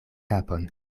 kapon